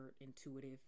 intuitive